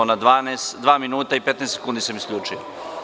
Na dva minuta i 15 sekundi sam isključio.